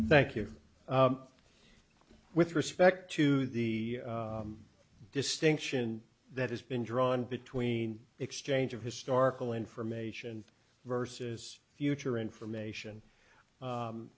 thank you with respect to the distinction that has been drawn between exchange of historical information versus future information